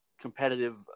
competitive